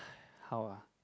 how ah